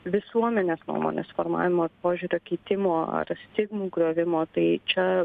visuomenės nuomonės formavimo požiūrio keitimo ar stigmų griovimo tai čia